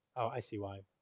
i see why.